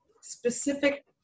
specific